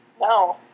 No